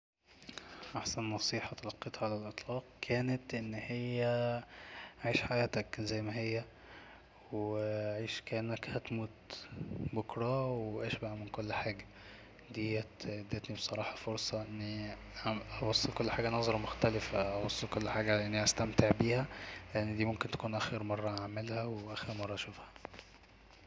"احسن نصيحة تلقيتها على الاطلاق كانت أن هي عيش حياتك زي ما هي و عيش كانك هتموت بكرة واشبع من كل حاجة ديت ادتني بصراحة فرصة اني ابص لي كل حاجة بنظرة مختلفة ابص لكل حاجة على اني هستمتع بيها لان ممكن تكون اخر مره هعملها واخر مره اشوفها"